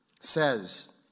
says